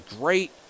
great